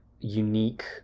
unique